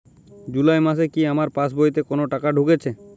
জুলাই মাসে কি আমার পাসবইতে কোনো টাকা ঢুকেছে?